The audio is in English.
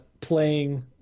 Playing